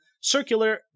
circular